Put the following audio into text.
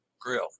Grill